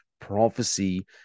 prophecy